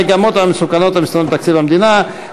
המגמות המסוכנות המסתמנות בתקציב המדינה,